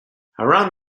around